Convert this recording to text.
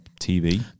TV